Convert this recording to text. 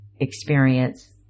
experience